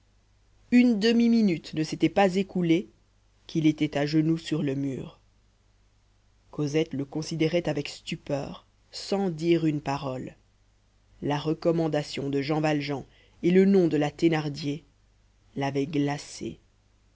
une demi-minute ne s'était pas écoulée qu'il était à genoux sur le mur cosette le considérait avec stupeur sans dire une parole la recommandation de jean valjean et le nom de la thénardier l'avaient glacée